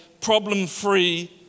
problem-free